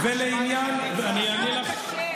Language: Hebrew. למה אתם לא תומכים בחיילי צה"ל?